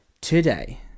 today